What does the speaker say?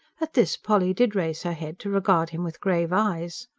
at this polly did raise her head, to regard him with grave eyes.